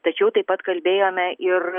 tačiau taip pat kalbėjome ir